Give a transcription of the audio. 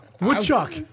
Woodchuck